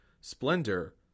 Splendor